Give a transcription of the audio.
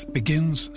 begins